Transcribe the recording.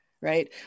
right